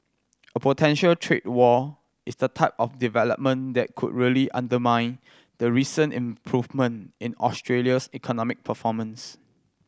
a potential trade war is the type of development that could really undermine the recent improvement in Australia's economic performance